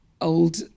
old